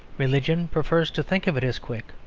religion prefers to think of it as quick.